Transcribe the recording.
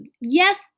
yes